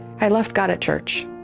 i left god at church.